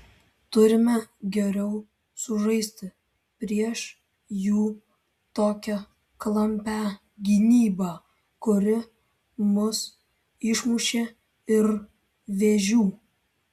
turime geriau sužaisti prieš jų tokią klampią gynybą kuri mus išmušė ir vėžių